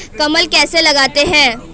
कलम कैसे लगाते हैं?